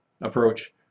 approach